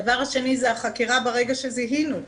הדבר השני זה החקירה ברגע שזיהינו,